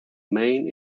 main